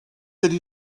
ydy